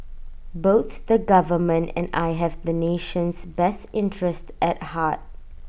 both the government and I have the nation's best interest at heart